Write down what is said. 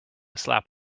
slap